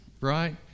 right